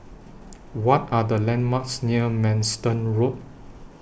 What Are The landmarks near Manston Road